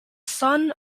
son